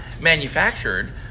manufactured